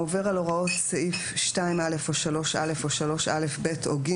העובר על הוראות סעיף 2(א) או 3(א) או 3א(ב) או (ג)